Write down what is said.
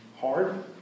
hard